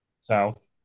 South